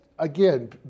Again